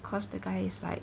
cause the guy is like